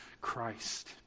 Christ